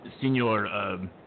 Senor